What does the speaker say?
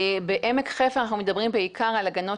בעמק חפר אנחנו מדברים בעיקר על הגנות